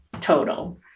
total